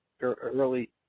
early